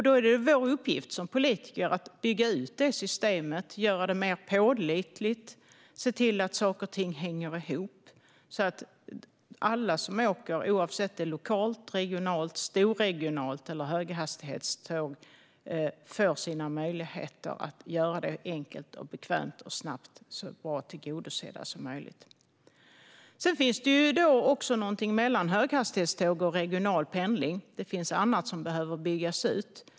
Då är det vår uppgift som politiker att bygga ut det systemet, göra det pålitligare och se till att saker och ting hänger ihop, så att alla som åker, oavsett om det är lokalt, regionalt, storregionalt eller med höghastighetståg, får sina möjligheter att göra detta på ett enkelt, bekvämt och snabbt sätt så väl tillgodosedda som möjligt. Sedan finns det också någonting mellan höghastighetståg och regional pendling. Det finns annat som behöver byggas ut.